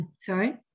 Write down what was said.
sorry